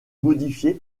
modifiées